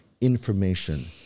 information